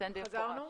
תינתן במפורש.